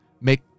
Make